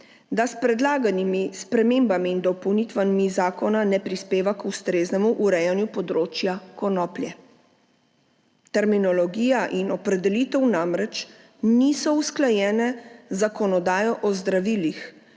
da s predlaganimi spremembami in dopolnitvami zakona ne prispeva k ustreznemu urejanju področja konoplje. Terminologija in opredelitev namreč nista usklajeni z zakonodajo o zdravilih,